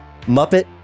Muppet